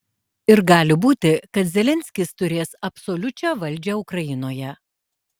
ir gali būti kad zelenskis turės absoliučią valdžią ukrainoje